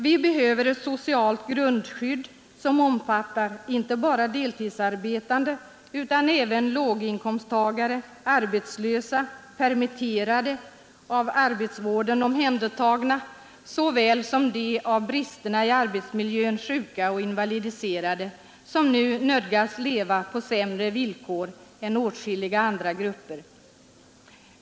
Vi behöver ett socialt grundskydd, som omfattar inte bara deltidsarbetande utan även låginkomsttagare, arbetslösa, permitterade, av arbetsvården omhändertagna såväl som de av bristerna i arbetsmiljön sjuka och invalidiserade, vilka nu nödgas leva på sämre villkor än åtskilliga andra grupper.